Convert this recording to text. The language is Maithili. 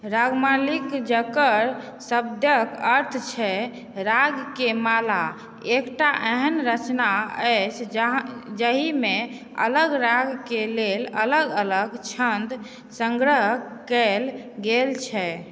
राग मलिक जकर शाब्दिक अर्थ छै राग केर माला एकटा ऐहन रचना अछि जाहिमे अलग राग केर लेल अलग अलग छन्द सङ्ग्रह कयल गेल छै